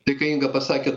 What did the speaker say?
tai kai inga pasakė